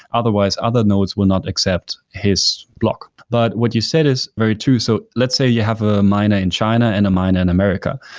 otherwise, other nodes will not accept his block. but what you said is very true. so let's say you have a miner in china and a miner in america.